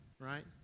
Right